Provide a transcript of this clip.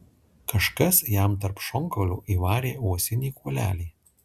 kažkas jam tarp šonkaulių įvarė uosinį kuolelį